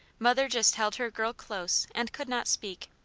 mother just held her girl close and could not speak.